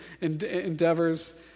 endeavors